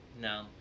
No